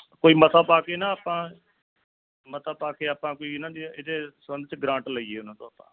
ਕੋਈ ਮਤਾ ਪਾ ਕੇ ਨਾ ਆਪਾਂ ਮਤਾ ਪਾ ਕੇ ਆਪਾਂ ਕੋਈ ਇਹਨਾਂ ਦੀ ਇਹਦੇ ਸੰਬੰਧ 'ਚ ਗਰਾਂਟ ਲਈਏ ਉਹਨਾਂ ਤੋਂ ਆਪਾਂ